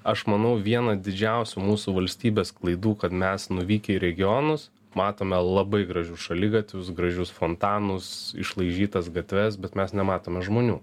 aš manau viena didžiausių mūsų valstybės klaidų kad mes nuvykę į regionus matome labai gražius šaligatvius gražius fontanus išlaižytas gatves bet mes nematome žmonių